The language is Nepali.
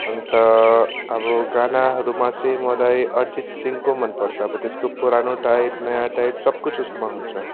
अन्त अब गानाहरूमा चाहिँ मलाई अरिजित सिंहको मनपर्छ अब त्यसको पुरानो टाइप नयाँ टाइप सबकुछ उसकोमा हुन्छ